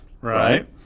Right